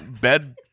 bed